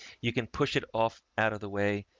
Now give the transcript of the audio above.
you can push it off out of the way.